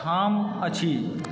ठाम अछि